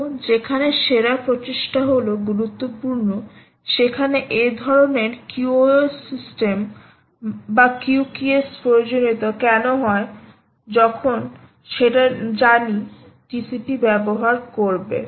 তো যেখানে সেরা প্রচেষ্টা হলো গুরুত্বপূর্ণ সেখানে এ ধরনের QoS সিস্টেম বা QqS প্রয়োজনীয়তা কেন হয় যখন সেটা জানি TCP ব্যবহার করবে